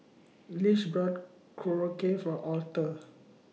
Lish bought Korokke For Aurthur